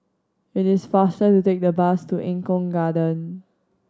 it is faster to take the bus to Eng Kong Garden